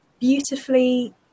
beautifully